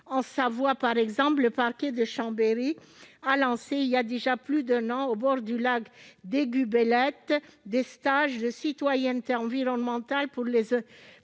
En Savoie, par exemple, le parquet de Chambéry organise depuis déjà plus d'un an, au bord du lac d'Aiguebelette, des stages de citoyenneté environnementale pour les